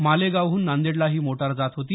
मालेगावहून नांदेडला ही मोटार जात होती